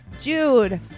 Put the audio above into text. Jude